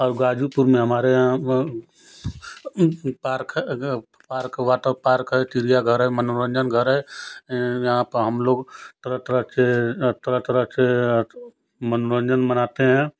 और गाजीपुर में हमारे यहाँ पार्क है पार्क हुआ तो पार्क है चिड़ियाघर है मनोरंजन घर है यहाँ पर हम लोग तरह तरह के तरह तरह के मनोरंजन बनाते हैं